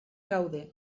gaude